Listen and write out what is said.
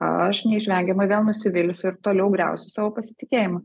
aš neišvengiamai vėl nusivylusiu ir toliau griausiu savo pasitikėjimą